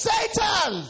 Satan